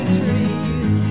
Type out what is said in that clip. trees